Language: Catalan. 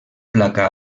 placa